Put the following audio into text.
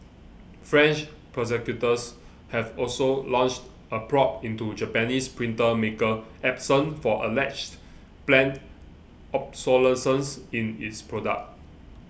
French prosecutors have also launched a probe into Japanese printer maker Epson for alleged planned obsolescence in its product